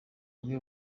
bwe